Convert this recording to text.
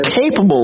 capable